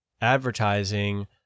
advertising